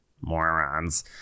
Morons